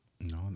No